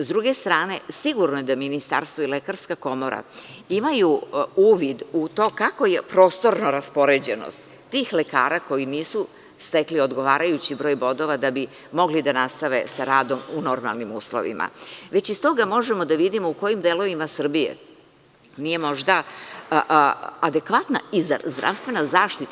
S druge strane, sigurno da Ministarstvo i Lekarska komora imaju uvid u to kakva je prostorna raspoređenost tih lekara koji nisu stekli odgovarajući broj bodova da bi mogli da nastave sa radom u normalnim uslovima, već iz toga možemo da vidimo u kojim delovima Srbije nije možda adekvatna i zdravstvena zaštita.